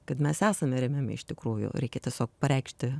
kad mes esame remiami iš tikrųjų reikia tiesiog pareikšti